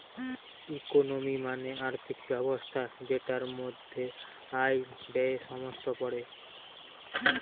economy মানে আর্থিক ব্যবস্থা যেটার মধ্যে আয়, ব্যয়ে সমস্ত পড়ে